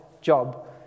job